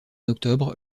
octobre